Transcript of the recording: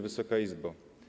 Wysoka Izbo!